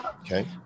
Okay